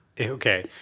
okay